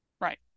Right